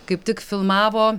kaip tik filmavo